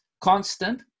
constant